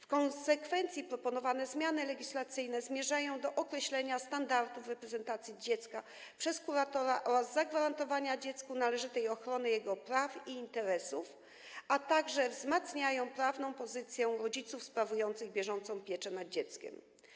W konsekwencji proponowane zmiany legislacyjne zmierzają do określenia standardów w reprezentowaniu dziecka przez kuratora oraz zagwarantowania dziecku należytej ochrony jego praw i interesów, a także wzmacniają prawną pozycję rodziców sprawujących bieżącą pieczę nad dzieckiem.